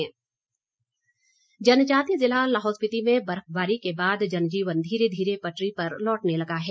बस सेवा जनजातीय जिला लाहौल स्पीति में बर्फबारी के बाद जनजीवन धीरे धीरे पटरी पर लौटने लगा है